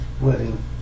wedding